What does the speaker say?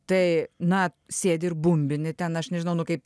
tai na sėdi ir bumbini ten aš nežinau nu kaip